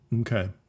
Okay